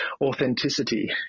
authenticity